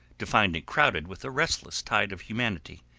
to find it crowded with a restless tide of humanity,